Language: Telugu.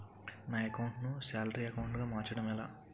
నా అకౌంట్ ను సాలరీ అకౌంట్ గా మార్చటం ఎలా?